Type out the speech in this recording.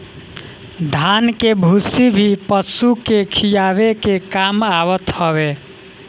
धान के भूसी भी पशु के खियावे के काम आवत हवे